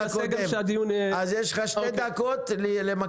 אז יש לך שתי דקות למקד.